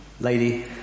lady